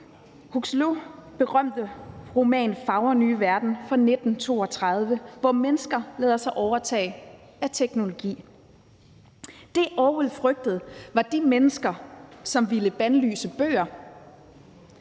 Huxleys berømte roman »Fagre nye verden« fra 1932, hvor mennesker lader sig overtage af teknologi. Det, som Orwell frygtede, var de mennesker, som ville bandlyse bøger.